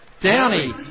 Downey